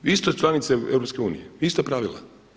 Isto je članica EU, ista pravila.